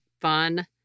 fun